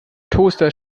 toaster